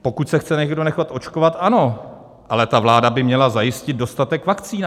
Pokud se chce někdo nechat očkovat, ano, ale vláda by měla zajistit dostatek vakcín.